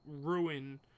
ruin